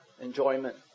enjoyment